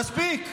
מספיק.